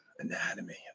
anatomy